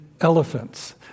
elephants